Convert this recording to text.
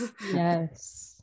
Yes